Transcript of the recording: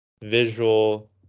visual